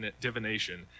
divination